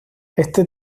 este